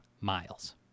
miles